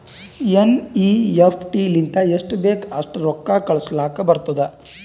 NEFT ಲಿಂತ ಎಸ್ಟ್ ಬೇಕ್ ಅಸ್ಟ್ ರೊಕ್ಕಾ ಕಳುಸ್ಲಾಕ್ ಬರ್ತುದ್